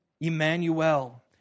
Emmanuel